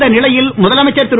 இந்த நிலையில் முதலமைச்சர் திரு